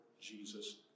Jesus